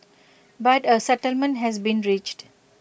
but A settlement has been reached